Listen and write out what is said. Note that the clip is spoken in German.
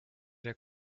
der